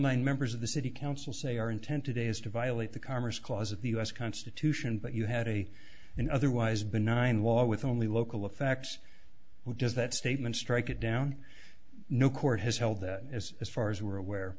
nine members of the city council say our intent today is to violate the commerce clause of the us constitution but you had a an otherwise benign wall with only local effects who does that statement strike it down no court has held that as far as we're aware